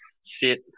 sit